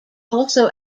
also